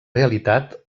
realitat